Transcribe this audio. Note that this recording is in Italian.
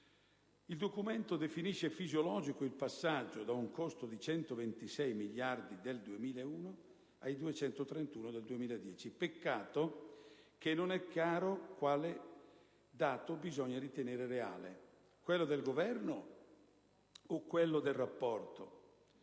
Il documento definisce fisiologico il passaggio da un costo di 126 miliardi del 2001 ai 231 miliardi del 2010; peccato che non sia chiaro quale dato bisogna ritenere reale: quello del Governo o quello del Rapporto?